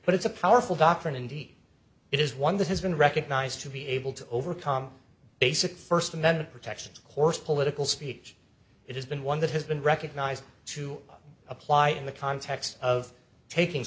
but it's a powerful doctrine indeed it is one that has been recognized to be able to overcome basic first amendment protections of course political speech it has been one that has been recognized to apply in the context of taking